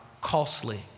costly